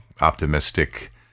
optimistic